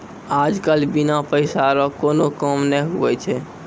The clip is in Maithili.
आज कल बिना पैसा रो कोनो काम नै हुवै छै